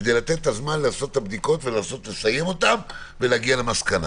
כדי לתת את הזמן לעשות את הבדיקות ולנסות לסיים אותן ולהגיע למסקנה.